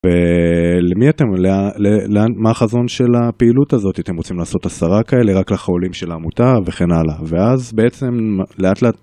ולמי אתם, למה לאן מה החזון של הפעילות הזאת, אתם רוצים לעשות עשרה כאלה רק לחולים של העמותה וכן הלאה, ואז בעצם לאט לאט.